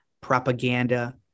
propaganda